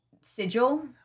sigil